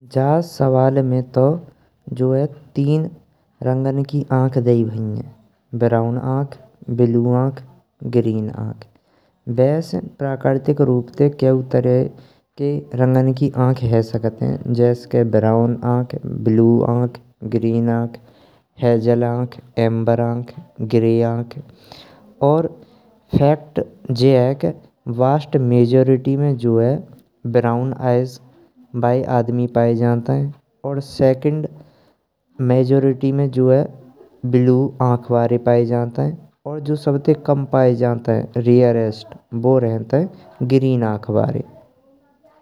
जा सवाल में तो जो है तीन रंगन की आंख दाई बही हैं। ब्राउन आंख, ब्लू आंख, ग्रीन आंख, वैसे प्रकृतिक रूप ते कऊ तरीकन के रंग की आंख है सकतें। जैसे कि ब्राउन आंख, ब्लू आंख, ग्रीन आंख, हेजल आंख, एम्बर आंख, ग्रे आंख। और फैक्ट जे है के वस्त मेजॉरिटी में जो है, ब्राउन आईज बाय आदमी पाए जानतें। और सेकंड मेजॉरिटी में ब्लू आंख बारे पाए जात हैं, और जो सबते कम पाए जाते रेयरस्ट ग्रीन आंख बारे।